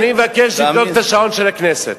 אני מבקש לבדוק את השעון של הכנסת.